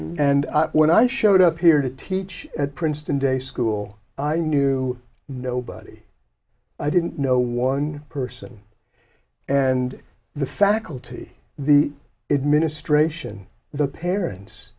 and when i showed up here to teach at princeton day school i knew nobody i didn't know one person and the faculty the it ministration the parents